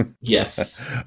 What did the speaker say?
Yes